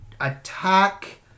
attack